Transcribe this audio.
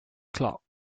clock